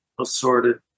assorted